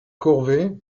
corvée